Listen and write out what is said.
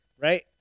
Right